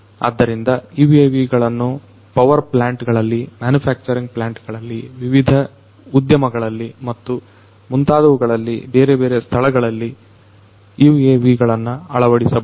ಆದ್ದರಿಂದ UAV ಗಳನ್ನ power plant ಗಳಲ್ಲಿ ಮ್ಯಾನುಫ್ಯಾಕ್ಚರಿಂಗ್ ಪ್ಲಾಂಟ್ ಗಳಲ್ಲಿ ವಿವಿಧ ಉದ್ಯಮಗಳಲ್ಲಿ ಮತ್ತು ಮುಂತಾದವುಗಳ ಬೇರೆಬೇರೆ ಸ್ಥಳಗಳಲ್ಲಿ UAV ಗಳನ್ನು ಅಳವಡಿಸಬಹುದು